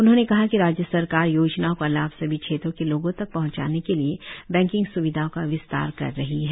उन्होंने कहा कि राज्य सरकार योजनाओं का लाभ सभी क्षेत्र के लोगों तक पहंचाने के लिए बैंकिंग स्विधाओं का विस्तार कर रही है